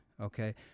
Okay